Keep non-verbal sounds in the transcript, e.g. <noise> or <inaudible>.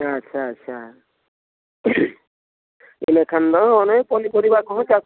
ᱟᱪᱪᱷᱟ ᱟᱪᱪᱷᱟ ᱤᱱᱟᱹ ᱠᱷᱟᱱ ᱫᱚ ᱚᱱᱮ <unintelligible> ᱠᱚᱦᱚᱸ ᱪᱟᱥ